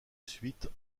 suite